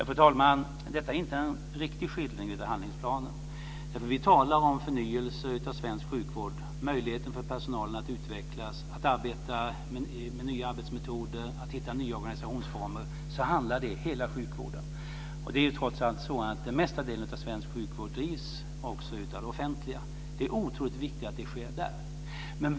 Fru talman! Detta är inte en riktig skildring av handlingsplanen. När vi talar om förnyelse av svensk sjukvård, möjligheten för personalen att utvecklas, att arbeta med nya arbetsmetoder och att hitta nya organisationsformer handlar det om hela sjukvården. Den största delen av svensk sjukvård drivs trots allt också av det offentliga. Det är otroligt viktigt att det sker där.